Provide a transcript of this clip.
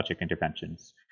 interventions